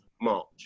March